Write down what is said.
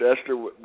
Esther